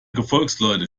gefolgsleute